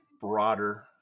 broader